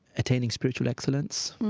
attaining spiritual excellence.